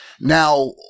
Now